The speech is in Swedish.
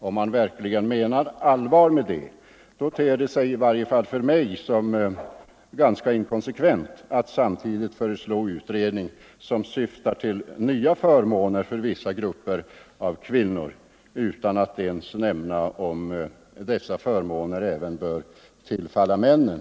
Om man nu menar allvar med detta förslag ter det sig, i varje fall för mig, inkonsekvent att samtidigt föreslå en utredning som syftar till nya förmåner för vissa grupper av kvinnor, utan att ens nämna om dessa förmåner även borde tillfalla männen.